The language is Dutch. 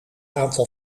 aantal